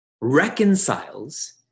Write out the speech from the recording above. reconciles